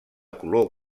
color